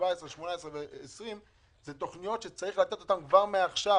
אלו תכניות שצריך לתקצב.